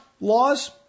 laws